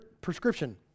prescription